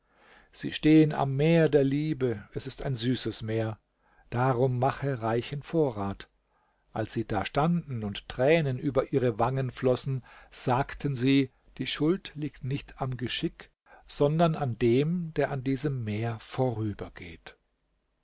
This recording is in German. sie stehen am meer der liebe es ist ein süßes meer darum mache reichen vorrat als sie da standen und tränen über ihre wangen flossen sagten sie die schuld liegt nicht am geschick sondern an dem der an diesem meer vorübergeht